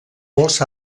molts